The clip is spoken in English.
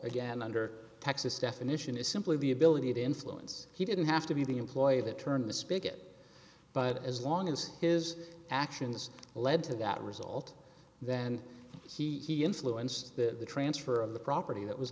again under texas definition is simply the ability to influence he didn't have to be the employee to turn the spigot but as long as his actions lead to that result then he influenced the transfer of the property that was